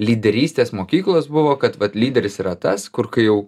lyderystės mokyklos buvo kad vat lyderis yra tas kur kai jau